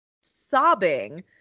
sobbing